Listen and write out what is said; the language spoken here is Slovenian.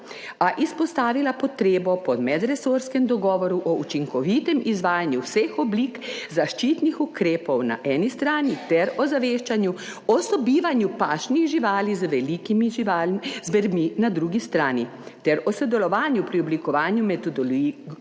a izpostavila potrebo po medresorskem dogovoru o učinkovitem izvajanju vseh oblik zaščitnih ukrepov na eni strani ter ozaveščanju o sobivanju pašnih živali z velikimi živalmi, zvermi na drugi strani ter o sodelovanju pri oblikovanju metodologij